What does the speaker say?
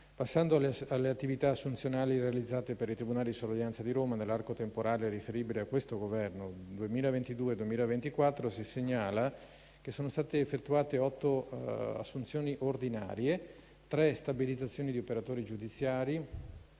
Passando alle attività assunzionali realizzate per il tribunale di sorveglianza di Roma nell'arco temporale riferibile a questo Governo, 2022-2024, si segnala che sono state effettuate 8 assunzioni ordinarie, 3 stabilizzazioni di operatori giudiziari,